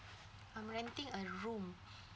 I'm renting a room